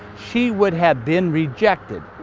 she would have been rejected.